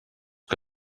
que